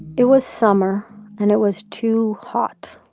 it was summer and it was too hot